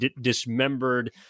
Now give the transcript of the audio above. dismembered